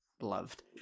loved